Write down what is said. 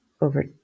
over